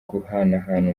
guhanahana